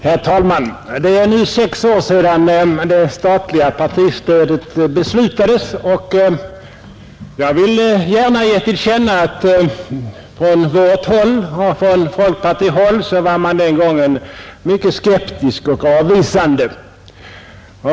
Herr talman! Det är nu sex år sedan det statliga partistödet beslutades. Jag vill gärna ge till känna att från vårt håll och från folkpartihåll var man den gången mycket skeptisk och avvisande.